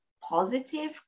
positive